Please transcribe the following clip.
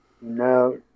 No